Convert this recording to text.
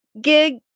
gig